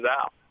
out